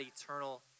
eternal